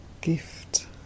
gift